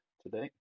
today